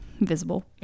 visible